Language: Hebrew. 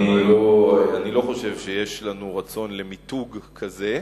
אני לא חושב שיש לנו רצון למיתוג כזה,